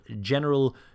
General